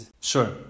Sure